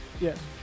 Yes